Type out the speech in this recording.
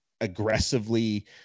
aggressively